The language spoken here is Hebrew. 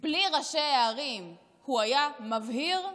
בלי ראשי הערים הוא היה מבהיר?